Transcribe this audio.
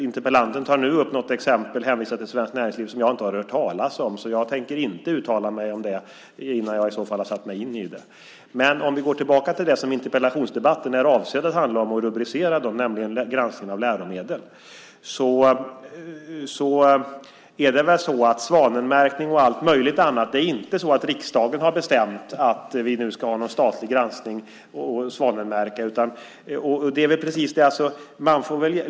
Interpellanten hänvisar nu till Svenskt Näringsliv och något som jag inte har hört talas om. Jag tänker inte uttala mig om det innan jag har satt mig in i det. Om vi går tillbaka till det som interpellationsdebatten är avsedd att handla om, nämligen granskningen av läromedel, så har riksdagen inte bestämt att vi nu ska ha någon statlig granskning eller svanmärkning.